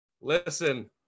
Listen